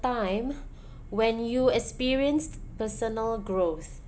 time when you experienced personal growth